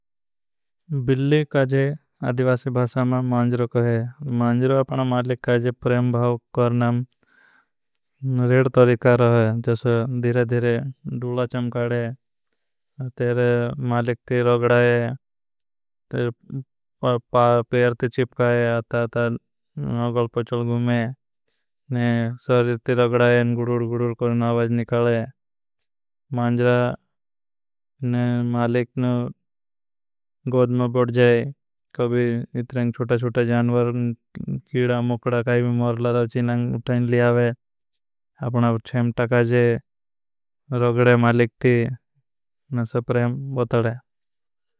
बिल्ली काजे अधिवासे भासा में माँजरो को है। अपना मालिक काजे प्रेमभाव करना नुरेड तोरीका रहा है। धिरे धिरे डूला चमकाड़े, तेरे मालिक ती रगडाए, तेरे पेयर ती चिपकाए, आता आता नौगल पचल गुमे। सर्जित ती रगडाए, ने गुडूर गुडूर करना आवाज निकाले, मांजरा ने मालिक नु गोध में बोट जाए। इतरें छुटा छुटा जानवर, कीड़ा, मुकड़ा, काई भी मौरलारोची नांग उठाएन लियावे, अपना उच्छेम टकाजे। मांजरा ने मालिक नु गुडूर करना आवाज निकाले, मांजरा ने मालिक नु गुदूर करना आवाज नु गोध में बोट जाए। इतरें छुटा जानवर, कीड़ा, मुकड़ा, काई भी मौरलारोची नांग उठाएन लियावे, अपना उच्छेम टकाजे, रग।